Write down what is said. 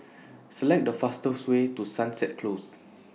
Select The fastest Way to Sunset Closes